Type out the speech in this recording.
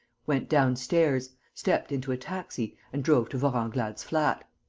went downstairs stepped into a taxi and drove to vorenglade's flat.